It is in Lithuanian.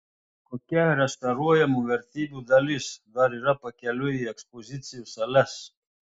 kokia restauruojamų vertybių dalis dar yra pakeliui į ekspozicijų sales